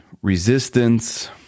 Resistance